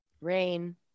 rain